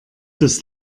das